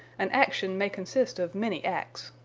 an action may consist of many acts.